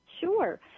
Sure